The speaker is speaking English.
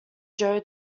joe